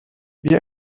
wie